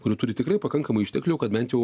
kuri turi tikrai pakankamai išteklių kad bent jau